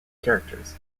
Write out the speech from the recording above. characters